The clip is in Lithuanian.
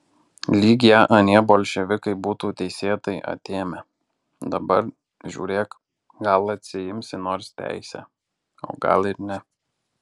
lyg ją anie bolševikai būtų teisėtai atėmę dabar žiūrėk gal atsiimsi nors teisę o gal ir ne